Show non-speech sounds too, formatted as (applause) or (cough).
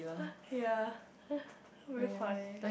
(breath) ya (breath) very funny